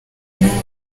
n’ubu